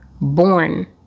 born